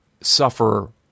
suffer